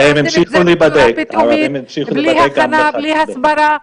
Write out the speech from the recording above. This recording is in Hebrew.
שעושים את זה בצורה פתאומית, בלי הכנה, בלי הסברה.